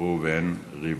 ראובן ריבלין,